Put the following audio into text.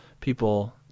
people